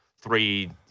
Three